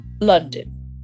London